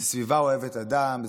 זאת סביבה אוהבת אדם,